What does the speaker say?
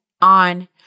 on